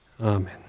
Amen